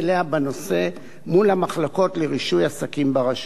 בנושא מול המחלקות לרישוי עסקים ברשויות.